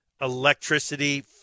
electricity